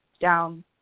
down